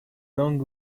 long